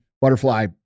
butterfly